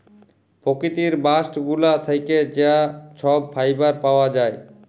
পকিতির বাস্ট গুলা থ্যাকে যা ছব ফাইবার পাউয়া যায়